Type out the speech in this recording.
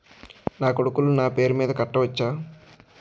నా కొడుకులు నా పేరి మీద కట్ట వచ్చా?